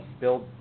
build